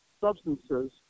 substances